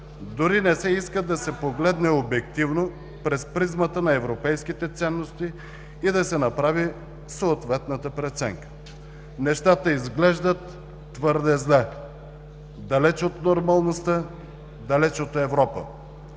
дори не се иска да се погледне обективно през призмата на европейските ценности и да се направи съответната преценка. Нещата изглеждат твърде зле – далеч от нормалността, далеч от Европа.